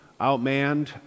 Outmanned